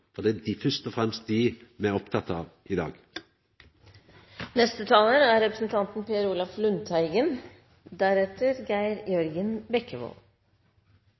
for det er først og fremst dei me er opptekne av i